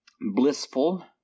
blissful